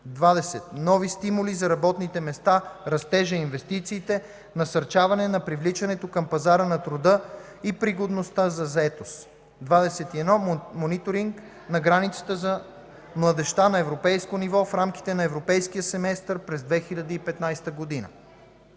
20. Нови стимули за работните места, растежа и инвестициите: насърчаване на привличането към пазара на труда и пригодността за заетост. 21. Мониторинг на Гаранцията за младежта на европейско ниво в рамките на Европейския семестър през 2015 г.